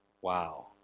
wow